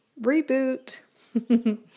Reboot